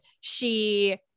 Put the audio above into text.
she-